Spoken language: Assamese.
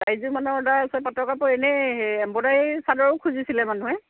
চাৰিযোৰ মানৰ অৰ্ডাৰ আছে পাটৰ কাপোৰ এনেই এমব্ৰইডাৰী চাদৰো খুজিছিলে মানুহে